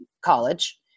college